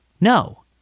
No